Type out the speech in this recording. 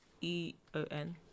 E-O-N